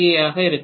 ஏ ஆக இருக்கும்